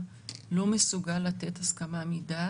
מה המספרים בחודש,